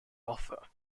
offer